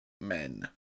Men